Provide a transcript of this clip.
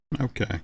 Okay